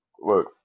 Look